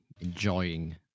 enjoying